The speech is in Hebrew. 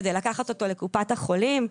כדי לקחת אותו לקופת החולים.